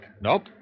Nope